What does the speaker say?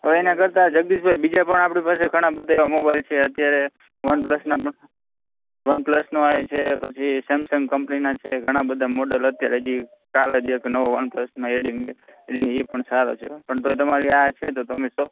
હવે એના કરતાં જગદીશભાઈ બીજા પણ આપણી પાસે ઘણા બધા એવા મોબાઇલ છે અત્યારે વન પ્લસના પણ વન પ્લસનો છે પછી સેમસંગ કંપનીના છે ઘણા બધા મોડેલ અત્યારે જે ચાલે છે અત્યારે એક નવો વન પ્લસમાં એડિંગ છે એ પણ સારો છે પણ તોય તમારી આ છે તો તમે ચોક